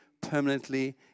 permanently